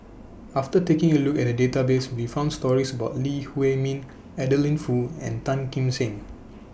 after taking A Look At The Database We found stories about Lee Huei Min Adeline Foo and Tan Kim Seng